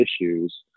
issues